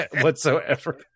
whatsoever